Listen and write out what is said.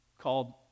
called